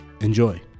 Enjoy